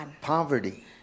Poverty